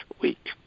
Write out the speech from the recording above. week